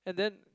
and then